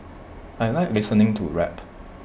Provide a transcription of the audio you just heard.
I Like listening to rap